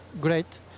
great